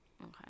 Okay